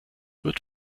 wird